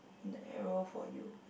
and arrow for you